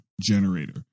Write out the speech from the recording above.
generator